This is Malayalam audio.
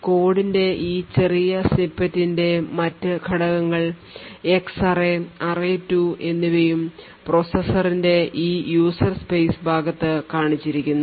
കോഡിന്റെ ഈ ചെറിയ സ്നിപ്പെറ്റിന്റെ മറ്റ് ഘടകങ്ങൾ എക്സ് array array2 എന്നിവയും പ്രോസസിന്റെ ഈ യൂസർ സ്പേസ് ഭാഗത്ത് കാണിച്ചിരിക്കുന്നു